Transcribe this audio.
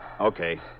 Okay